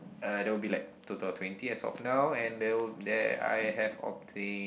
uh there will be like total of twenty as of now and there will there I have obtain